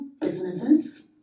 businesses